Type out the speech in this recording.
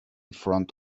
front